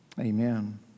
Amen